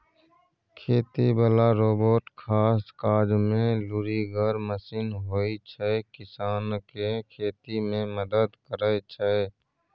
खेती बला रोबोट खास काजमे लुरिगर मशीन होइ छै किसानकेँ खेती मे मदद करय छै